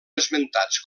esmentats